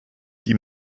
die